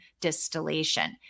distillation